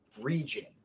region